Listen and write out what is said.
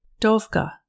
Dovka